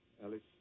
Alice